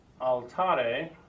Altare